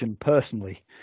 personally